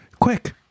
quick